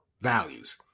values